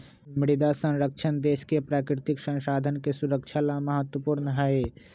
मृदा संरक्षण देश के प्राकृतिक संसाधन के सुरक्षा ला महत्वपूर्ण हई